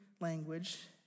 language